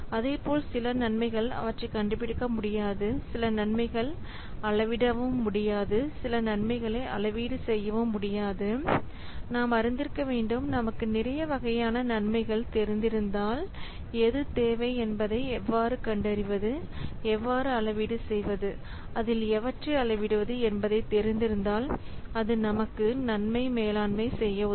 அதேபோல் சில நன்மைகள் அவற்றை கண்டுபிடிக்க முடியாது சில நன்மைகள் அளவிடவும் முடியாது சில நன்மைகளை அளவீடு செய்யவும் முடியாது நாம் அறிந்திருக்க வேண்டும் நமக்கு நிறைய வகையான நன்மைகள் தெரிந்திருந்தால் எது தேவை என்பதை எவ்வாறு கண்டறிவது எவ்வாறு அளவீடு செய்வது அதில் எவற்றை அளவிடுவது என்பதை தெரிந்திருந்தால் அது நமக்கு நன்மை மேலாண்மை செய்ய உதவும்